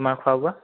তোমাৰ খোৱা বোৱা